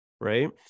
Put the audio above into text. Right